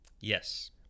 Yes